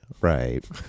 right